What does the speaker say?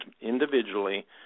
individually